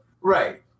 Right